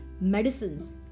medicines